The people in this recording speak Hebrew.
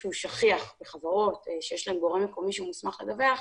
שהוא שכיח בחברות שיש להן גורם מקומי שמוסמך לדווח,